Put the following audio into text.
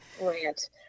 rant